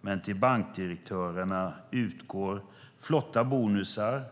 Men till bankdirektörerna utgår flotta bonusar,